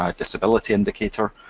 ah disability indicator,